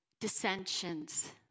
dissensions